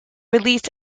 released